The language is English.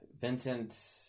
Vincent